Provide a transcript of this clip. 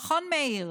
נכון, מאיר?